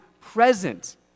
present